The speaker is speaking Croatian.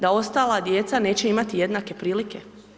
Da ostala djeca neće imati jednake prilike?